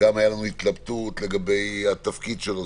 והייתה לנו התלבטות גם לגבי התפקיד שלו,